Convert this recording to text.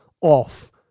off